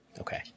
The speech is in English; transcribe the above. Okay